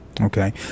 okay